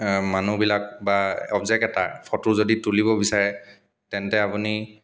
মানুহবিলাক বা অবজেক্ট এটাৰ ফটো যদি তুলিব বিচাৰে তেন্তে আপুনি